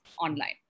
online